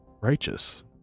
righteous